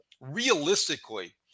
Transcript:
realistically